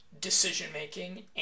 decision-making